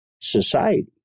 society